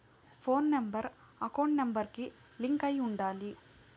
పోను number account number కి link అయ్యి ఉండాలి